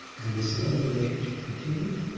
and this long relationship continued.